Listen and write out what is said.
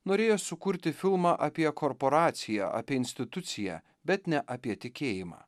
norėjęs sukurti filmą apie korporaciją apie instituciją bet ne apie tikėjimą